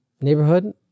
Neighborhood